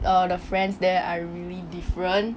err the friends there are really different